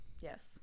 Yes